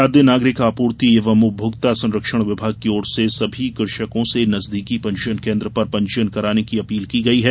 खाद्य नागरिक आपूर्ति एव उपभोक्ता संरक्षण विभाग की ओर से सभी कृषकों से नजदीकी पंजीयन केंद्र पर पंजीयन कराने की अपील की गई है